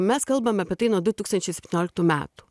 mes kalbam apie tai nuo du tūkstančiai septynioliktų metų